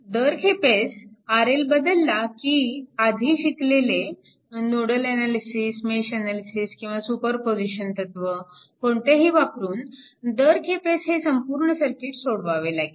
दर खेपेस RL बदलला की आधी शिकलेले नोडल अनालिसिस मेश अनालिसिस किंवा सुपरपोजीशन तत्व कोणतेही वापरून दर खेपेस हे संपूर्ण सर्किट सोडवावे लागेल